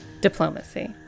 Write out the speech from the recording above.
Diplomacy